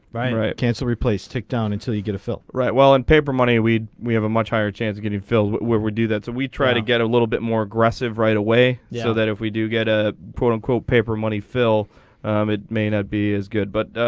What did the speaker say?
right right cancel replace tick down until you get a fill. right well in and paper money we'd we have a much higher chance getting filled. where we do that so we try to get a little bit more aggressive right away. yeah so that if we do get a protocol paper money phil um it. may not be as good but